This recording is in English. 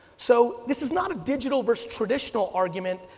so, this is not a digital versus traditional argument.